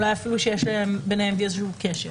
אולי אפילו שיש ביניהם איזה קשר